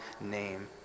name